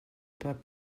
pas